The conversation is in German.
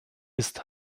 ist